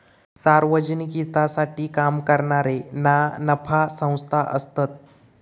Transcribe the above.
सार्वजनिक हितासाठी काम करणारे ना नफा संस्था असतत